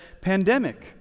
pandemic